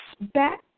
back